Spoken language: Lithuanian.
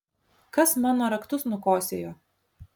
kas mano raktus nukosėjo